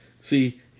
See